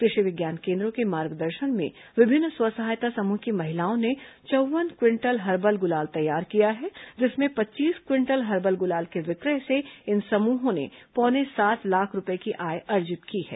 कृषि विज्ञान केन्द्रों के मार्गदर्शन में विभिन्न स्व सहायता समूह की महिलाओं ने चौव्वन क्विंटल हर्बल गुलाल तैयार किया है जिसमें पच्चीस क्विंटल हर्बल गुलाल के विक्रय से इन समूहों ने पौने सात लाख रूपये की आय अर्जित की है